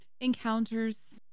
encounters